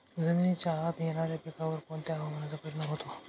जमिनीच्या आत येणाऱ्या पिकांवर कोणत्या हवामानाचा परिणाम होतो?